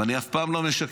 ואני אף פעם לא משקר,